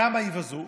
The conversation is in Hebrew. למה יבזו?